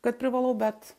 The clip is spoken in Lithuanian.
kad privalau bet